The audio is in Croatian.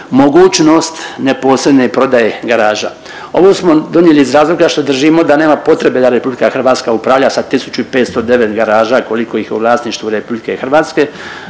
mogućnost neposredne prodaje garaža. Ovo smo donijeli iz razloga što držimo da nema potrebe da RH upravlja sa 1509 garaža koliko ih je u vlasništvu RH, mislim da se